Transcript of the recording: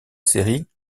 série